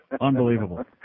unbelievable